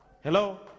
Hello